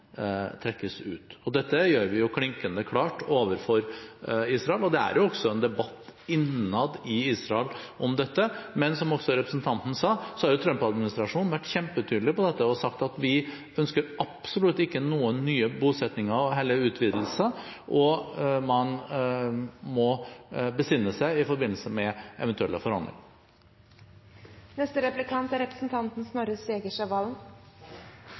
trekkes ut. Dette gjør vi jo klinkende klart overfor Israel, og det er også en debatt innad i Israel om dette. Men som også representanten sa, har Trump-administrasjonen vært kjempetydelig på dette og sagt at de ønsker absolutt ikke noen nye bosettinger eller utvidelser, og man må besinne seg i forbindelse med eventuelle